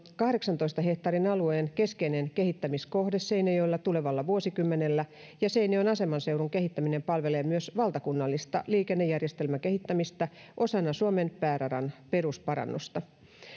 kahdeksantoista hehtaarin alue on keskeinen kehittämiskohde seinäjoella tulevalla vuosikymmenellä ja seinäjoen asemanseudun kehittäminen palvelee myös valtakunnallista liikennejärjestelmän kehittämistä osana suomen pääradan perusparannusta